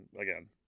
again